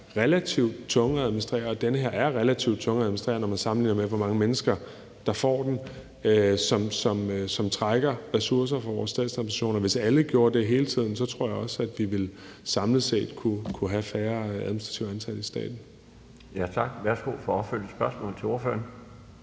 relativt tunge at administrere. Og den her ordning er relativt tung at administrere, når man sammenligner med, hvor mange mennesker der får noget ud af den, og den trækker ressourcer fra vores statsadministration. Hvis alle gjorde det hele tiden, tror jeg også, at vi samlet set kunne have færre administrativt ansatte i staten. Kl. 13:03 Den fg. formand (Bjarne